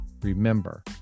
Remember